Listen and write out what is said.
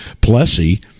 Plessy